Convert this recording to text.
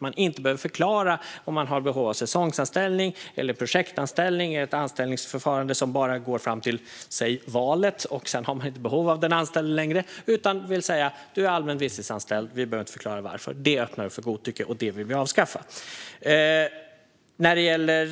Man behöver inte förklara om man har behov av säsongsanställning, projektanställning eller en anställning som bara går fram till exempelvis valet för att man sedan inte har behov av den anställde längre. Då är det bara att säga: Du är allmän visstidsanställd, och vi behöver inte förklara varför. Det öppnar för godtycke, och det vill vi avskaffa. När det gäller